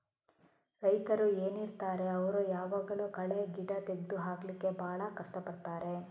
ರೈತರು ಏನಿರ್ತಾರೆ ಅವ್ರು ಯಾವಾಗ್ಲೂ ಕಳೆ ಗಿಡ ತೆಗ್ದು ಹಾಕ್ಲಿಕ್ಕೆ ಭಾಳ ಕಷ್ಟ ಪಡ್ತಾರೆ